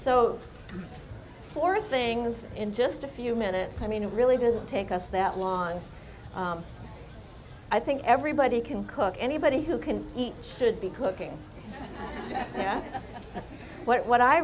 so for things in just a few minutes i mean it really didn't take us that long i think everybody can cook anybody who can eat should be cooking there but what i